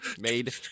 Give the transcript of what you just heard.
made